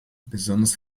besonders